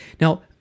now